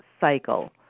cycle